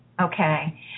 Okay